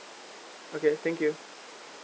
okay thank you